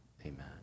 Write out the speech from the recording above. Amen